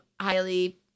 highly